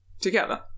together